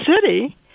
City